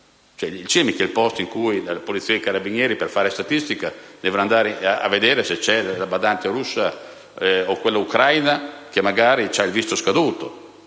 è mica il posto in cui la Polizia e i Carabinieri per fare statistica devono andare a vedere se c'è la badante russa o quella ucraina che magari hanno il visto scaduto.